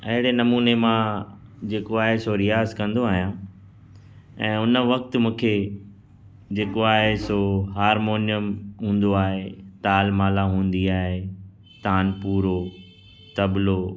अहिड़े नमूने मां जेको आहे सो रियाज़ कंदो आहियां ऐं उन वक़्तु मूंखे जेको आहे सो हारमोनियम हूंदो आहे ताल माला हूंदी आहे तानपूरो तबलो